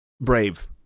brave